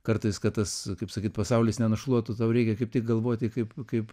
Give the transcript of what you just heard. kartais kad tas kaip sakyt pasaulis nenušluotų tau reikia kaip tai galvoti kaip kaip